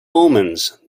omens